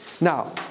Now